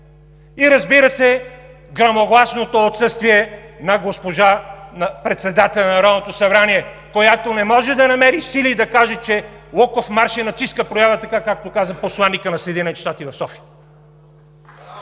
и, разбира се, гръмогласното отсъствие на госпожа председателя на Народното събрание, която не може да намери сили и да каже, че Луковмарш е нацистка проява, както каза посланикът на Съединените щати в София.